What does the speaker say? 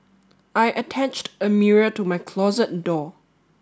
I attached a mirror to my closet door